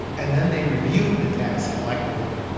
and then they reviewed the tasks collectively.